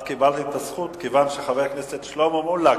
את קיבלת את הזכות כיוון שחבר הכנסת שלמה מולה,